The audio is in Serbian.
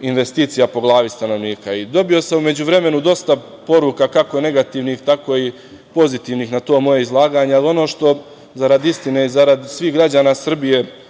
investicija po glavi stanovnika i dobio sam u međuvremenu dosta poruka kako negativnih, tako i pozitivnih na to moje izlaganja, ali ono što zarad istine i zarad svih građana Srbije